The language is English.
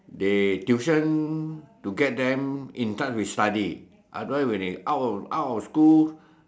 they tuition you get them in touch with study otherwise when they out of out of school